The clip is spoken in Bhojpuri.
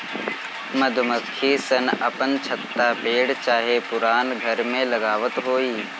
मधुमक्खी सन अपन छत्ता पेड़ चाहे पुरान घर में लगावत होई